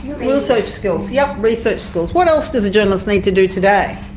research skills. yeah research skills. what else does a journalist need to do today?